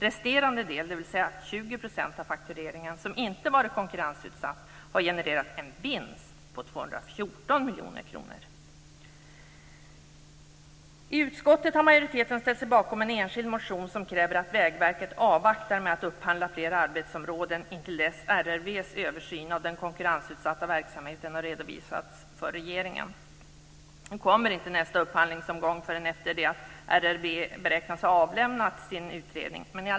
Resterande del, dvs. 20 % av faktureringen, som inte har varit konkurrensutsatt, har genererat en vinst om 214 miljoner kronor. I utskottet har majoriteten ställt sig bakom en enskild motion där det krävs att Vägverket avvaktar med att upphandla fler arbetsområden intill dess att RRV:s översyn av den konkurrensutsatta verksamheten har redovisats för regeringen. Nästa upphandlingsomgång kommer inte förrän efter det att RRV beräknas ha avlämnat sin utredning.